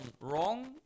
wrong